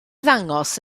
ddangos